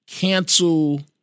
cancel